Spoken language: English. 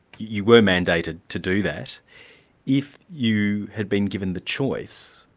you were mandated to do that if you had been given the choice,